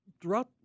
throughout